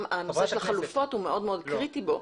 הנושא של החלופות הוא מאוד מאוד קריטי בו.